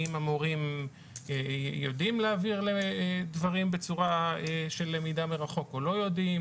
האם המורים יודעים להעביר דברים בצורה של למידה מרחוק או לא יודעים,